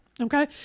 okay